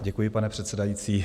Děkuji, pane předsedající.